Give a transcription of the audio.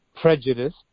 prejudice